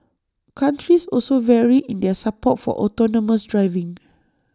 countries also vary in their support for autonomous driving